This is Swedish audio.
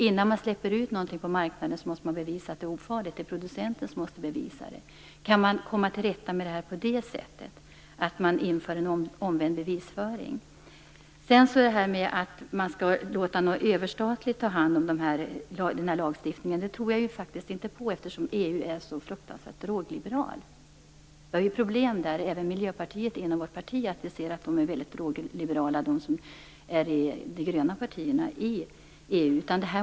Innan man släpper ut något på marknaden måste man bevisa att det är ofarligt, och det är producenten som måste bevisa det. Går det att komma till rätta med det här genom att införa omvänd bevisföring? Att ta hand om lagstiftningen på överstatlig nivå tror jag inte på, eftersom man i EU är så fruktansvärt drogliberal. Vi har ju problem även inom Miljöpartiet med att man är väldigt drogliberal i de gröna partierna i EU.